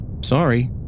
Sorry